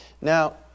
Now